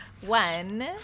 One